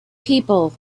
people